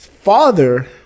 Father